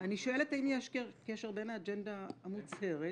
אני שואלת האם יש קשר בין האג'נדה המוצהרת